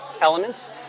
elements